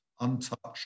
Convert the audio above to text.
untouched